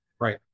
Right